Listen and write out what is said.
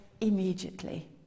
immediately